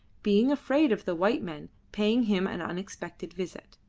being afraid of the white men paying him an unexpected visit.